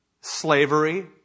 slavery